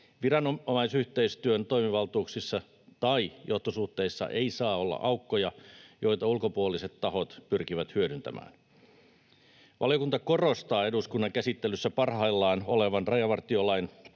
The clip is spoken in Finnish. Viranomaisyhteistyön toimivaltuuksissa tai johtosuhteissa ei saa olla aukkoja, joita ulkopuoliset tahot pyrkivät hyödyntämään. Valiokunta korostaa eduskunnan käsittelyssä parhaillaan olevan rajavartiolain,